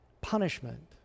Punishment